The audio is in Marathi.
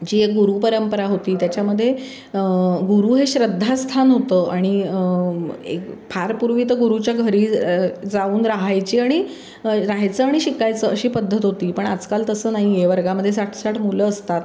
जी एक गुरु परंपरा होती त्याच्यामध्ये गुरु हे श्रद्धास्थान होतं आणि एक फार पूर्वी तर गुरुच्या घरी जाऊन राहायची आणि राहायचं आणि शिकायचं अशी पद्धत होती पण आजकाल तसं नाही आहे वर्गामध्ये साठ साठ मुलं असतात